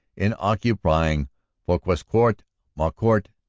in occupying fouquescourt, maucourt.